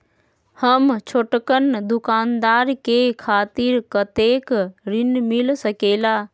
हम छोटकन दुकानदार के खातीर कतेक ऋण मिल सकेला?